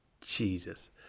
Jesus